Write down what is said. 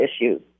issues